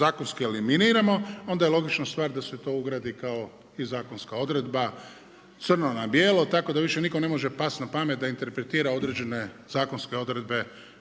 zakonski eliminiramo, onda je logična stvar da se to ugradi kao i zakonska odredba, crno na bijelo tako da više nikome ne može pasti na pamet da interpretira određene zakonske odredbe